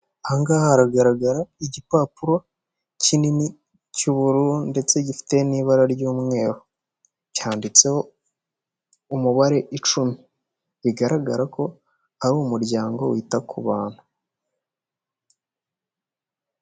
Aha ngaha haragaragara igipapuro kinini cy'ubururu ndetse gifite n'ibara ry'umweru, cyanditseho umubare icumi, bigaragara ko ari umuryango wita ku bantu.